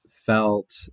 felt